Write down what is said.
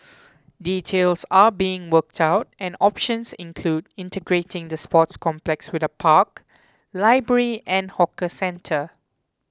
details are being worked out and options include integrating the sports complex with a park library and hawker centre